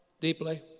deeply